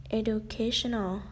educational